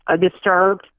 disturbed